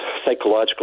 psychological